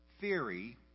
theory